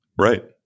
Right